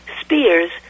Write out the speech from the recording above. Spears